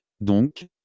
Donc